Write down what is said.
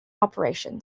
operation